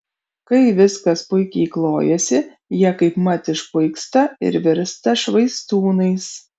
kai viskas puikiai klojasi jie kaipmat išpuiksta ir virsta švaistūnais